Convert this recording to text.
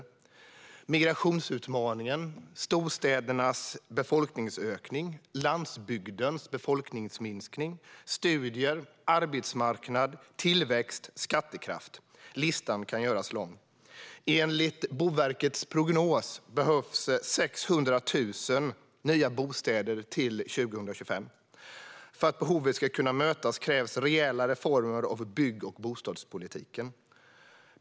Vi talar om migrationsutmaningen, storstädernas befolkningsökning, landsbygdens befolkningsminskning, studier, arbetsmarknad, tillväxt och skattekraft - listan kan göras lång. Enligt Boverkets prognos behövs 600 000 nya bostäder till 2025. För att behovet ska kunna mötas krävs rejäla reformer av bygg och bostadspolitiken.